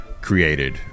created